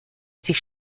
sich